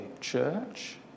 church